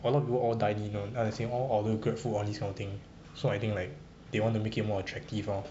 a lot of people all dine in one as in all order grab food all these kind of thing so I think like they want to make it more attractive lor